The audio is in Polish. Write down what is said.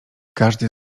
każdy